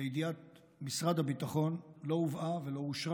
לידיעת משרד הביטחון לא הובאה ולא אושרה